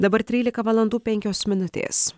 dabar trylika valandų penkios minutės